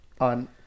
on